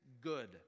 good